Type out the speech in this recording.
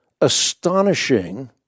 astonishing